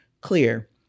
Clear